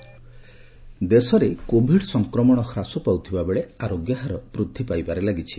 covid status ଦେଶରେ Covid ସଂକ୍ରମଣ ହ୍ରାସ ପାଉଥିବାବେଳେ ଆରୋଗ୍ୟହାର ବୃଦ୍ଧି ପାଇବାରେ ଲାଗିଛି